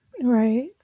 Right